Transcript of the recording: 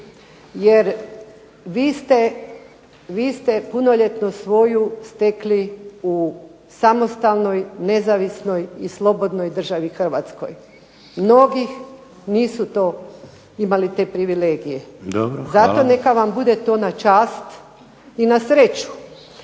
jer vi ste punoljetnost svoju stekli u samostalnoj, nezavisnoj i slobodnoj državi Hrvatskoj. Mnogi nisu imali te privilegije. **Šeks, Vladimir